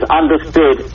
understood